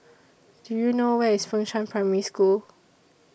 Do YOU know Where IS Fengshan Primary School